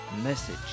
message